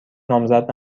نامزد